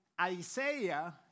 Isaiah